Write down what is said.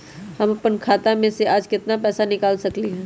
हम अपन खाता में से आज केतना पैसा निकाल सकलि ह?